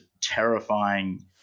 terrifying